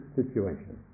situation